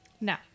No